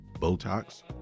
Botox